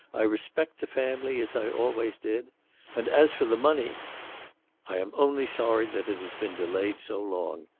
i respect the family as i always did and as for the money i am only sorry that it has been delayed so long.